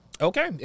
Okay